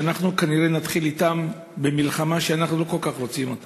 ואנחנו כנראה נתחיל אתם מלחמה שאנחנו לא כל כך רוצים.